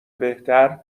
بهتر